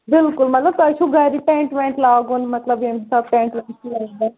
بِلکُل مطلب تۄہہِ چھو گَری ٹٮ۪نٛٹ وٮ۪نٛٹ لاگُن مطلب ییٚمۍ حساب ٹٮ۪نٛٹ